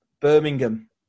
Birmingham